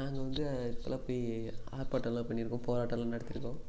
நாங்கள் வந்து இப்போல்லாம் போய் ஆர்ப்பாட்டம் எல்லாம் பண்ணியிருக்கோம் போராட்டம் எல்லாம் நடத்தியிருக்கோம்